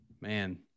Man